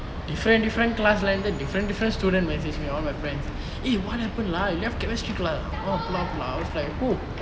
different different class and the different different student message me all my friends eh what happened lah you left chemistry class oh blah blah I was like oh